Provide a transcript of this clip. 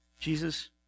Jesus